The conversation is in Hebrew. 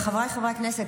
הכנסת,